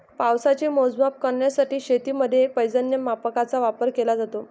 पावसाचे मोजमाप करण्यासाठी शेतीमध्ये पर्जन्यमापकांचा वापर केला जातो